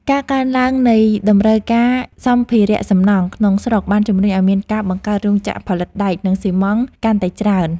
ការកើនឡើងនៃតម្រូវការសម្ភារសំណង់ក្នុងស្រុកបានជំរុញឱ្យមានការបង្កើតរោងចក្រផលិតដែក និងស៊ីម៉ងត៍កាន់តែច្រើន។